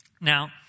Now